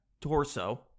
torso